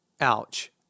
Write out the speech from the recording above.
Ouch